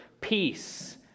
Peace